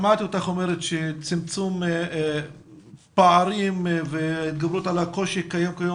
שמעתי אותך אומרת שצמצום פערים והתגברות על הקושי הקיים כיום,